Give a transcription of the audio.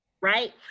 Right